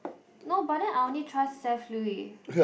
no but then I only trust Seth Lui